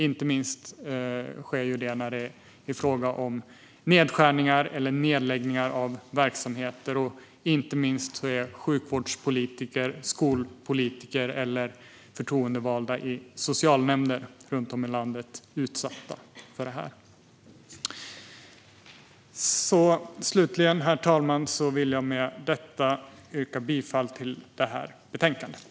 Det sker inte minst i fråga om nedskärningar eller nedläggningar av verksamheter. Och det är inte minst sjukvårdspolitiker, skolpolitiker eller förtroendevalda i socialnämnder runt om i landet som utsätts. Brott mot förtroende-valda Herr talman! Slutligen vill jag yrka bifall till utskottets förslag i betänkandet.